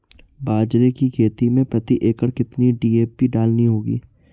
बाजरे की खेती में प्रति एकड़ कितनी डी.ए.पी डालनी होगी?